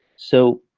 so